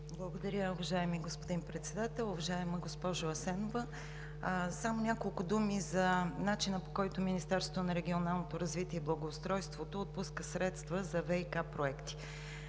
Благодаря, уважаеми господин Председател. Уважаема госпожо Асенова, само няколко думи за начина, по който Министерството на регионалното развитие и благоустройството отпуска средства за ВиК проекти.